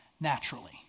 naturally